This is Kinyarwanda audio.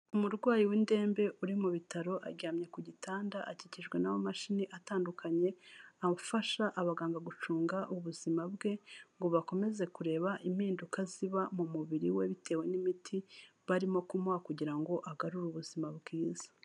Umurwayi w'indembe uri mu bitaro, aryamye ku gitanda, akikijwe n'amamashini atandukanye afasha abaganga gucunga ubuzima bwe, ngo bakomeze kureba impinduka ziba mu mubiri we bitewe n'imiti barimo kumuha, kugira ngo agarure ubuzima bwiza.